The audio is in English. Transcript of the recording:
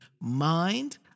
mind